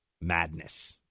madness